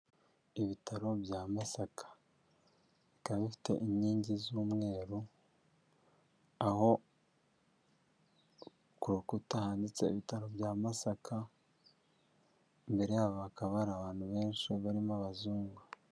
Ibitaro bya Masaka biba bifite inkingi z'umweru aho ku rukuta hanitse ibitaro bya Masaka mbere yabo hakaba hari abantu benshi barimo abazungu.